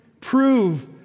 Prove